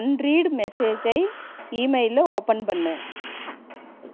unread மெசேஜை இமெயிலில் open பண்ணு